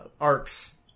Arcs